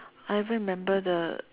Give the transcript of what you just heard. I even remember the